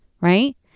Right